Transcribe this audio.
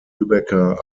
lübecker